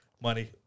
Money